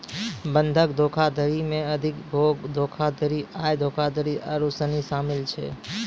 बंधक धोखाधड़ी मे अधिभोग धोखाधड़ी, आय धोखाधड़ी आरु सनी शामिल छै